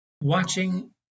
watching